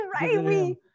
right